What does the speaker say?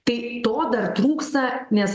tai to dar trūksta nes